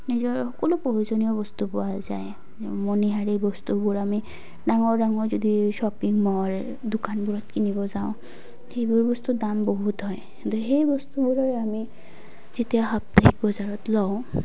নিজৰ সকলো প্ৰয়োজনীয় বস্তু পোৱা যায় মনিহাৰী বস্তুবোৰ আমি ডাঙৰ ডাঙৰ যদি শ্বপিং মল দোকানবোৰত কিনিব যাওঁ সেইবোৰ বস্তুৰ দাম বহুত হয় কিন্তু সেই বস্তুবোৰৰে আমি যেতিয়া সাপ্তাহিক বজাৰত লওঁ